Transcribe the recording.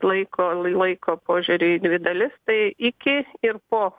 laiko laiko požiūriu į dvi dalis tai iki ir po